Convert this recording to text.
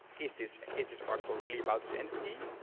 is this is this article really about this entity,